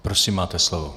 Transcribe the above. Prosím, máte slovo.